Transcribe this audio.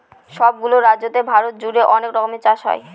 সব গুলো রাজ্যতে ভারত জুড়ে অনেক রকমের চাষ হয়